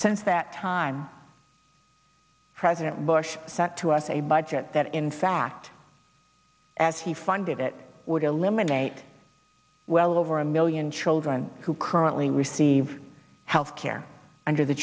since that time president bush sent to us a budget that in fact as he funded it would eliminate well over a million children who currently receive health care under the